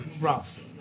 rough